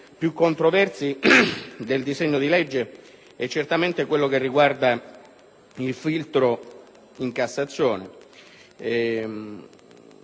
più controversi del disegno di legge è certamente quello che riguarda il filtro in Cassazione,